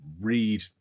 read